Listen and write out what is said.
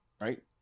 right